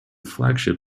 flagship